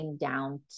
down